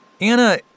Anna